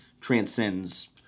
transcends